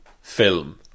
film